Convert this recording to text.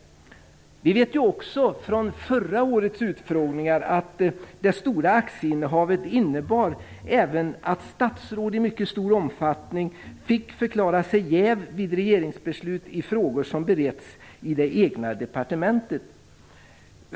Vi vet ju också från förra årets utfrågningar att det stora aktieinnehavet innebar att statsråd i mycket stor omfattning fick förklara sig jäviga vid regeringsbeslut som beretts i det egna departementet.